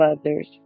others